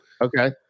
okay